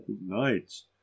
nights